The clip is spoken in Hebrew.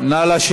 את